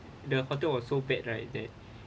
the author was so bad right that